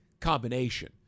combination